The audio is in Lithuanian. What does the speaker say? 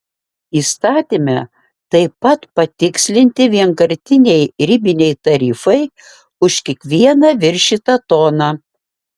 įstatyme taip pat patikslinti vienkartiniai ribiniai tarifai už kiekvieną viršytą toną